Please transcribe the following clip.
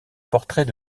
portraits